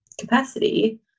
capacity